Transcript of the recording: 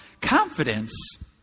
confidence